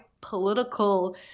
political